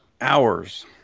hours